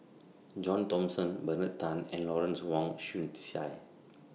John Thomson Bernard Tan and Lawrence Wong Shyun Tsai